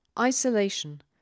Isolation